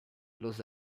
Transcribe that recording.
los